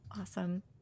Awesome